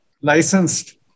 licensed